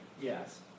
Yes